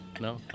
no